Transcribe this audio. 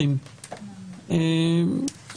הממשלה קיבלה החלטות שונות.